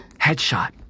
Headshot